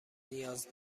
نیاز